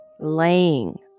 Laying